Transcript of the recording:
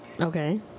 Okay